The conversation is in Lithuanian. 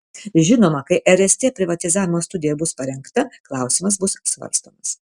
žinoma kai rst privatizavimo studija bus parengta klausimas bus svarstomas